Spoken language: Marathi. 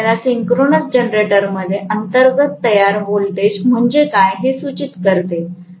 तर हे आपल्याला सिंक्रोनस जनरेटरमध्ये अंतर्गत तयार व्होल्टेज म्हणजे काय हे सूचित करते